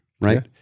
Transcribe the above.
right